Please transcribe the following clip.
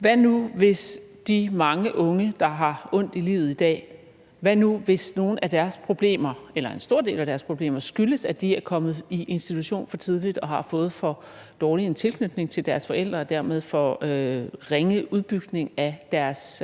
Der er mange unge, der har ondt i livet i dag – hvad nu, hvis nogle af deres problemer, eller en stor del af deres problemer, skyldes, at de er kommet i institution for tidligt og har fået for dårlig en tilknytning til deres forældre og dermed for ringe udbygning af deres